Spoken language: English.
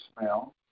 smell